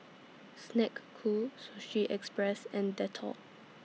Snek Ku Sushi Express and Dettol